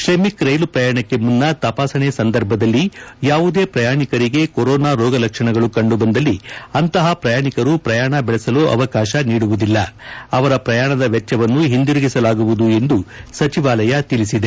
ಶ್ರಮಿಕ್ ರೈಲು ಪ್ರಯಾಣಕ್ಕೆ ಮುನ್ನ ತಪಾಸಣೆ ಸಂದರ್ಭದಲ್ಲಿ ಯಾವುದೇ ಪ್ರಯಾಣಿಕರಿಗೆ ಕೊರೋನಾ ರೋಗ ಲಕ್ಷಣಗಳು ಕಂಡುಬಂದಲ್ಲಿ ಅಂತಹ ಪ್ರಯಾಣಿಕರು ಪ್ರಯಾಣ ಬೆಳೆಸಲು ಅವಕಾಶ ನೀಡುವುದಿಲ್ಲ ಅವರ ಪ್ರಯಾಣದ ವೆಚ್ವವನ್ನು ಹಿಂದಿರುಗಿಸಲಾಗುವುದು ಎಂದು ಸಚಿವಾಲಯ ತಿಳಿಸಿದೆ